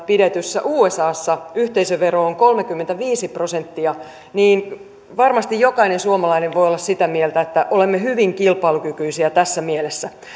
pidetyssä usassa yhteisövero on kolmekymmentäviisi prosenttia niin varmasti jokainen suomalainen voi olla sitä mieltä että olemme hyvin kilpailukykyisiä tässä mielessä se